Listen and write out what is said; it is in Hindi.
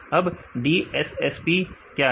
अब DSSP क्या है